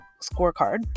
Scorecard